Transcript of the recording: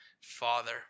father